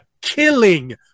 killing